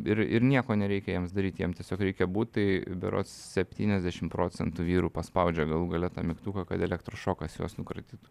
ir ir nieko nereikia jiems daryt jiem tiesiog reikia būt tai berods septyniasdešim procentų vyrų paspaudžia galų gale tą mygtuką kad elektros šokas juos nukratytų